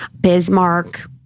Bismarck